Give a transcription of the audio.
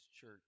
church